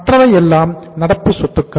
மற்றவை எல்லாம் நடப்பு சொத்துக்கள்